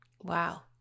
Wow